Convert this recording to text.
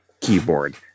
keyboard